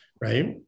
right